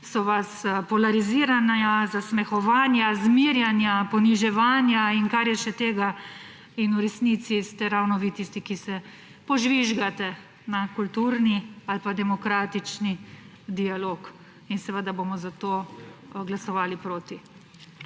so vas polariziranja, zasmehovanja, zmerjanja, poniževanja in kar je še tega, in v resnici ste ravno vi tisti, ki se požvižgate na kulturni ali demokratični dialog. Seveda bomo zato glasovali proti.